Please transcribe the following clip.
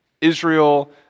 Israel